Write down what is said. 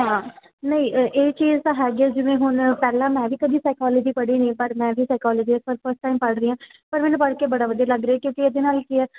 ਹਾਂ ਨਹੀਂ ਇਹ ਚੀਜ਼ ਤਾਂ ਹੈਗੀ ਆ ਜਿਵੇਂ ਹੁਣ ਪਹਿਲਾਂ ਮੈਂ ਵੀ ਕਦੇ ਸਾਇਕੋਲੋਜੀ ਪੜ੍ਹੀ ਨਹੀਂ ਪਰ ਮੈਂ ਵੀ ਸਾਇਕੋਲੋਜੀ ਇਸ ਬਾਰ ਫਸਟ ਟਾਈਮ ਪੜ੍ਹ ਰਹੀ ਹਾਂ ਪਰ ਮੈਨੂੰ ਪੜ੍ਹ ਕੇ ਬੜਾ ਵਧੀਆ ਲੱਗ ਰਿਹਾ ਕਿਉਂਕਿ ਇਹਦੇ ਨਾਲ ਕੀ ਹੈ